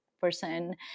person